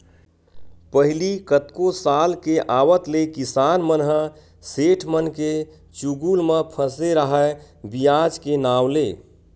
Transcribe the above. पहिली कतको साल के आवत ले किसान मन ह सेठ मनके चुगुल म फसे राहय बियाज के नांव ले